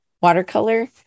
watercolor